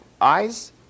eyes